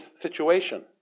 situation